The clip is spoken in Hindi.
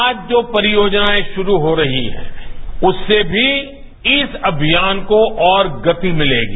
आज जो परियोजनाएं शुरू हो रही हैं उससे भी इस अभियान को और गति मिलेगी